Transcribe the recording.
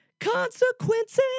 consequences